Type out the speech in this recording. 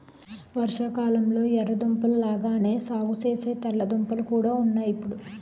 వర్షాకాలంలొ ఎర్ర దుంపల లాగానే సాగుసేసే తెల్ల దుంపలు కూడా ఉన్నాయ్ ఇప్పుడు